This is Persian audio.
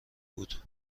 بود